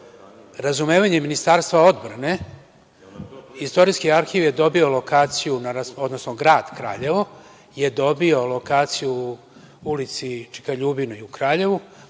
Razumevanjem Ministarstva odbrane, istorijski arhiv je dobio lokaciju, odnosno grad Kraljevo, je dobio lokaciju u ulici Čika Ljubina u Kraljevu